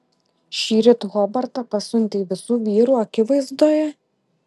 šįryt hobartą pasiuntei visų vyrų akivaizdoje